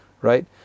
right